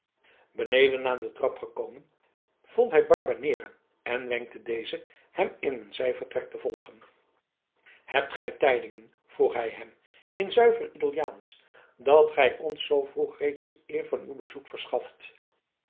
beneden aan de trap gekomen vond hij barbanera en wenkte dezen hem in een zijvertrek te volgen hebt gij tijdingen vroeg hij hem in zuiver italiaansch dat gij ons zoo vroeg reeds de eer van uw bezoek verschaft